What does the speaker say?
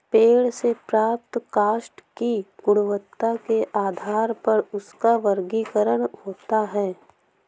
पेड़ से प्राप्त काष्ठ की गुणवत्ता के आधार पर उसका वर्गीकरण होता है